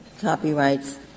copyrights